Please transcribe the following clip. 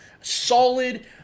Solid